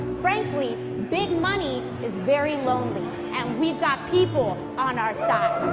frankly, big money is very lonely, and we've got people on our side.